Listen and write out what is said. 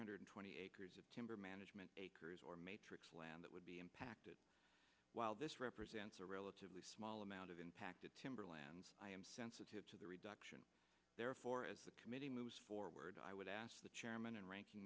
hundred twenty acres of timber management acres or matrix land that would be impacted while this represents a relatively small amount of impacted timber lands i am sensitive to the reduction therefore as the committee moves forward i would ask the chairman and ranking